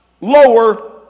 lower